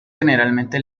generalmente